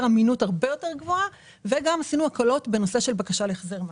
אמינות הרבה יותר גבוהה - וגם עשינו הקלות בנושא של בקשה להחזר מס.